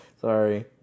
sorry